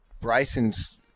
Bryson's